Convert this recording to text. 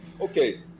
Okay